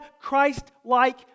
Christ-like